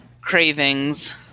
cravings